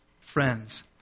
friends